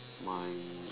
mine